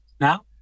now